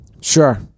sure